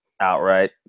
outright